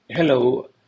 Hello